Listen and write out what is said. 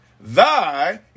thy